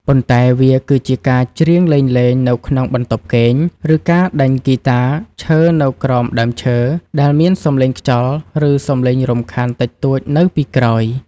ប៉ុន្តែវាគឺជាការច្រៀងលេងៗនៅក្នុងបន្ទប់គេង ឬការដេញហ្គីតាឈើនៅក្រោមដើមឈើ ដែលមានសំឡេងខ្យល់ ឬសំឡេងរំខានតិចតួចនៅពីក្រោយ។